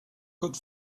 good